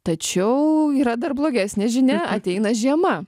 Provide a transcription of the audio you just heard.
tačiau yra dar blogesnė žinia ateina žiema